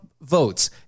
votes